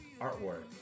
artwork